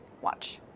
Watch